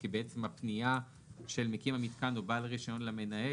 כי בעצם הפנייה של מקים המיתקן או בעל הרישיון למנהל,